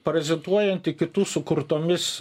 parazituojanti kitų sukurtomis